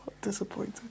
Disappointed